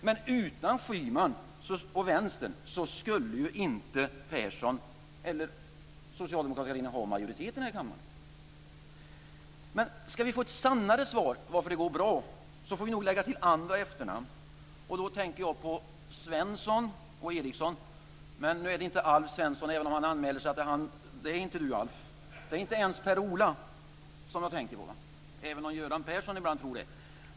Men utan Schyman och Vänstern skulle inte Persson och Socialdemokraterna ha majoritet i den här kammaren. Ska vi få ett sannare svar på frågan varför det går bra får vi nog lägga till andra efternamn, och då tänker jag på Svensson och Ericsson. Men det är inte Alf, även om han anmäler sig. Det är inte ens Per Ola, även om Göran Persson ibland tror det.